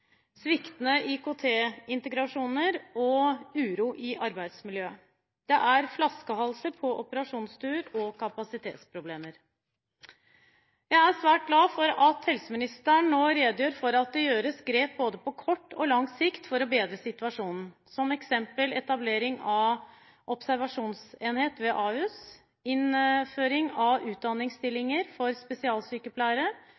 sviktende IKT-integrasjoner og uro i arbeidsmiljøet. Det er flaskehalser på operasjonsstuer og kapasitetsproblemer. Jeg er svært glad for at helseministeren nå redegjør for at det gjøres grep på både kort og lang sikt for å bedre situasjonen, som eksempel etablering av observasjonsenhet ved Ahus, innføring av